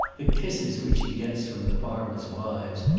the kisses which he gets from the farmers' wives,